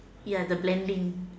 ya the blending